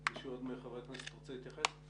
עוד מישהו מחברי הכנסת רוצה להתייחס?